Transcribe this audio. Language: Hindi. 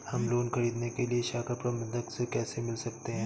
हम लोन ख़रीदने के लिए शाखा प्रबंधक से कैसे मिल सकते हैं?